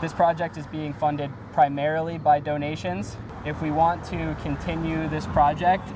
this project is being funded primarily by donations if we want to continue this project